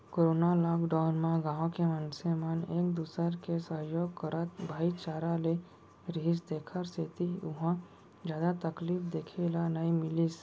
corona lockdown म गाँव के मनसे मन एक दूसर के सहयोग करत भाईचारा ले रिहिस तेखर सेती उहाँ जादा तकलीफ देखे ल नइ मिलिस